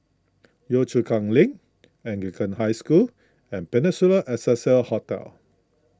Yio Chu Kang Link Anglican High School and Peninsula Excelsior Hotel